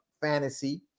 fantasy